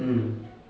mm